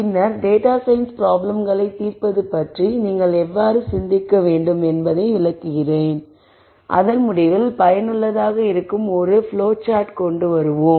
பின்னர் data science ப்ராப்ளம்களை தீர்ப்பது பற்றி நீங்கள் எவ்வாறு சிந்திக்க வேண்டும் என்பதை விளக்குகிறோம் அதன் முடிவில் பயனுள்ளதாக இருக்கும் ஒரு ப்ளோ சார்ட்டை கொண்டு வருவோம்